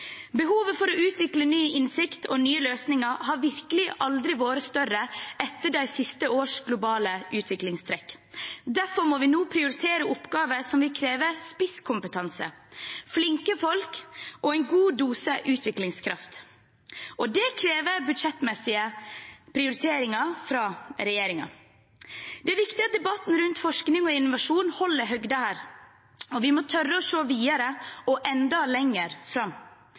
Behovet for å utvikle ny innsikt og nye løsninger har virkelig aldri vært større enn etter de siste års globale utviklingstrekk. Derfor må vi nå prioritere oppgaver som vil kreve spisskompetanse, flinke folk og en god dose utviklingskraft. Det krever budsjettmessige prioriteringer fra regjeringen. Det er viktig at debatten rundt forskning og innovasjon holder høyden her, og vi må tore å se videre og enda lenger fram.